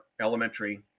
Elementary